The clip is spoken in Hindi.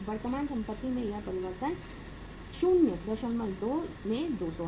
वर्तमान संपत्ति में यह परिवर्तन 02 में 200 है